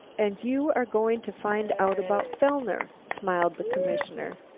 and you are going to find out about fellner? smiled the commissioner.